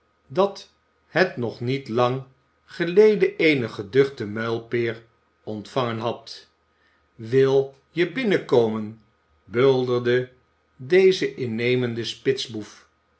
dat het nog niet lang geleden eene geduchte muilpeer ontvangen had wil je binnenkomen bulderde deze innemende spitsboef